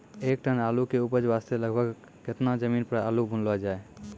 एक टन आलू के उपज वास्ते लगभग केतना जमीन पर आलू बुनलो जाय?